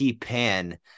Pan